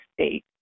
state